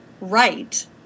right